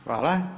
Hvala.